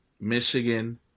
Michigan